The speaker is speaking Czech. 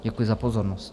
Děkuji za pozornost.